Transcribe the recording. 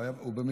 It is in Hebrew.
הוא במילואים?